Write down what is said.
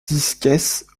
disques